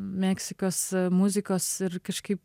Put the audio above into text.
meksikos muzikos ir kažkaip